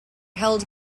held